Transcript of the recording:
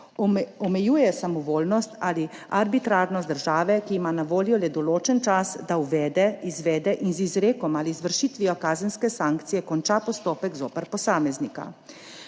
Omejuje samovoljnost ali arbitrarnost države, ki ima na voljo le določen čas, da uvede, izvede in z izrekom ali izvršitvijo kazenske sankcije konča postopek zoper posameznika.